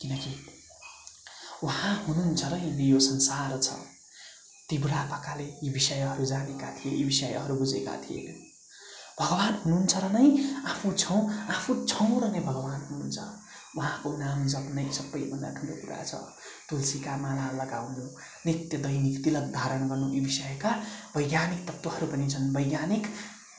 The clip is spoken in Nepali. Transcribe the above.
किनकि उहाँ हुनुहुन्छ र नै यो संसार छ ती बुढापाकाले यी विषयहरू जानेका थिए यी विषयहरू बुझेका थिए भगवान् हुनुहुन्छ र नै आफू छौँ आफू छौँ र नै भगवान् हुनुहुन्छ उहाँको नाम जप नै सबैभन्दा ठुलो कुरा छ तुलसीका मालाहरू लगाउनु नित्य दैनिक तिलक धारण गर्नु यी विषयका वैज्ञानिक तत्त्वहरू पनि छन् वैज्ञानिक